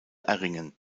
erringen